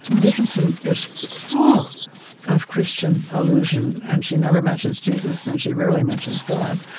dinkinson is full of christian allusion, and she never mentions jesus, and she rarely mentions god.